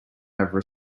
over